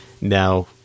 now